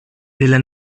della